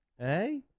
Hey